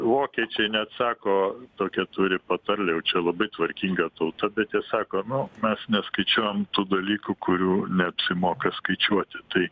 vokiečiai net sako tokią turi patarlę jau čia labai tvarkinga tauta bet jie sako nu mes neskaičiuojam tų dalykų kurių neapsimoka skaičiuoti tai